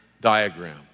diagram